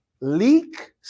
leak